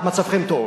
אז מצבכם טוב.